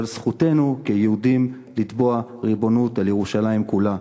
אבל זכותנו כיהודים לתבוע ריבונות על ירושלים כולה,